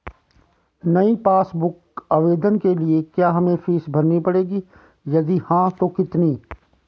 नयी passbook book आवेदन के लिए क्या हमें फीस भरनी पड़ेगी यदि हाँ तो कितनी?